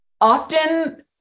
often